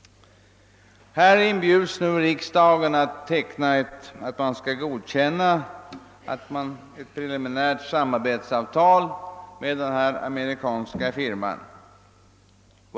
Här inbjuds nu riksdagen att godkänna ett preliminärt samarbetsavtal med en amerikansk firma.